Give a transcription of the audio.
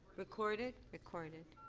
record it? record it.